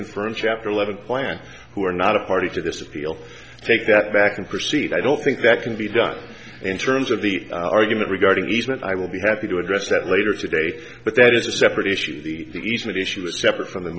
confirmed chapter eleven plan who are not a party to this appeal take that back and proceed i don't think that can be done in terms of the argument regarding easement i will be happy to address that later today but that is a separate issue the easement issue was separate from the